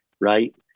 right